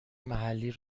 محلی